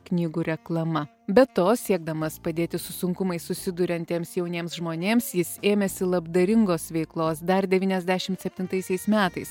knygų reklama be to siekdamas padėti su sunkumais susiduriantiems jauniems žmonėms jis ėmėsi labdaringos veiklos dar devyniasdešimt septintaisiais metais